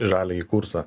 žaliąjį kursą